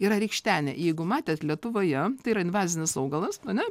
yra rykštenė jeigu matėt lietuvoje tai yra invazinis augalas ane